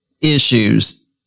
issues